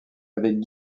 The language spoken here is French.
avec